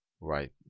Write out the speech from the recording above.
Right